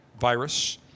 virus